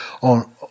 on